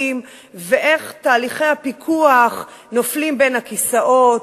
ואיך תהליכי הפיקוח נופלים בין הכיסאות,